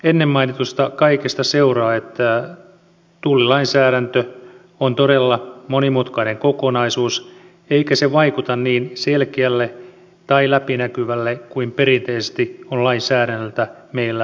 tästä kaikesta ennen mainitusta seuraa että tullilainsäädäntö on todella monimutkainen kokonaisuus eikä se vaikuta niin selkeältä tai läpinäkyvältä kuin perinteisesti on lainsäädännöltä meillä edellytetty